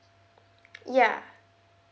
ya